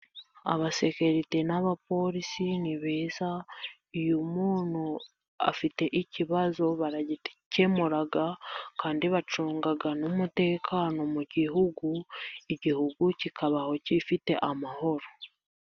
Abaserikarite n'abapolisi ni beza, iyo umuntu afite ikibazo baragikemura, kandi bacunga n'umutekano mu gihugu. Igihugu kikabaho gifite amahoro.